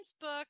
book